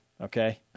okay